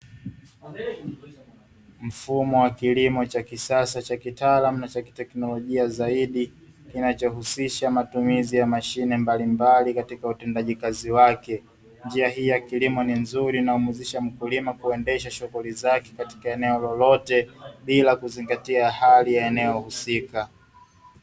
Mfumo wa kilimo cha kisasa cha kitaalamu na kiteknolojia zaidi, kinachohusisha matumizi ya mashine mbalimbali katika utendaji kazi wake. Njia hii ya kilimo ni nzuri inayomuwezesha mkulima kuendesha shughuli zake katika eneo lolote, bila kuzingatia hali ya eneo husika.